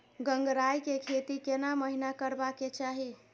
गंगराय के खेती केना महिना करबा के चाही?